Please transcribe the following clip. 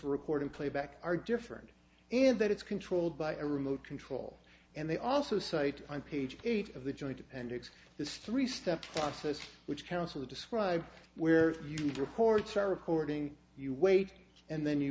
recording playback are different in that it's controlled by remote control and they also cite on page eight of the joint appendix this three step process which counsel described where you reports are reporting you wait and then you